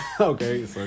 Okay